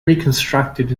reconstructed